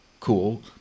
cool